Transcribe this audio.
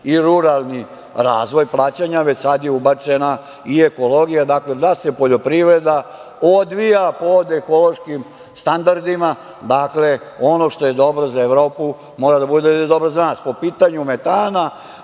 i ruralni razvoj praćenja, već sad je ubačena i ekologija, dakle, da se poljoprivreda odvija pod ekološkim standardima. Dakle, ono što je dobro za Evropi mora da bude dobro za nas po pitanju metana,